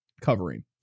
covering